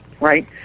right